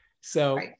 So-